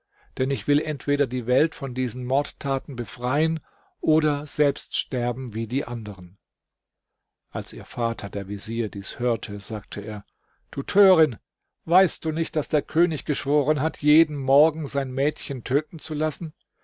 denn ich will entweder die welt von diesen mordtaten befreien oder selbst sterben wie die andern als ihr vater der vezier dies hörte sagte er du törin weißt du nicht daß der könig geschworen hat jeden morgen sein mädchen töten zu lassen